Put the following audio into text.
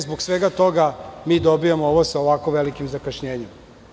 Zbog svega toga mi dobijamo ovo sa ovako velikim zakašnjenjem.